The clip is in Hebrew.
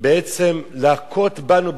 בעצם להכות בנו,